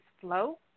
Flow